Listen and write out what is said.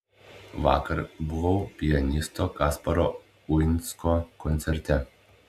vakar buvau pianisto kasparo uinsko koncerte